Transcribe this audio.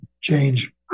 change